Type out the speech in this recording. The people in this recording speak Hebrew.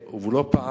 כי אחרת הוא לא יכול,